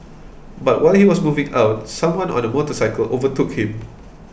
but while he was moving out someone on a motorcycle overtook him